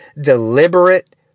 deliberate